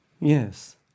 Yes